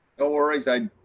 no worries. i